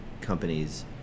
companies